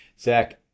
Zach